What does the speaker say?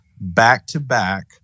back-to-back